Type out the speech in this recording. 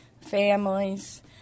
families